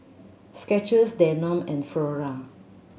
Skechers Danone and Flora